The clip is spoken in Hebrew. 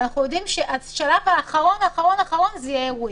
ואנחנו יודעים שהשלב האחרון אחרון אחרון יהיה אירועים.